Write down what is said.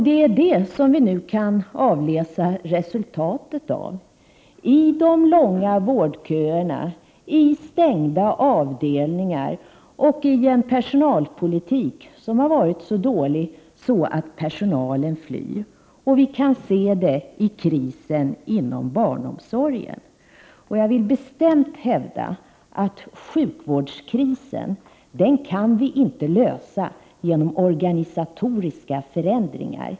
Det är det som vi nu kan avläsa resultatet av i de långa vårdköerna, i stängda avdelningar och i en personalpolitik som har varit så dålig att personalen flyr. Och vi kan se Prot. 1988/89:59 det i krisen inom barnomsorgen. Jag vill bestämt hävda att sjukvårdskrisen 1 februari 1989 kan vi inte lösa genom organisatoriska förändringar.